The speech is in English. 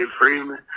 Freeman